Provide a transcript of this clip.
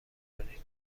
کنید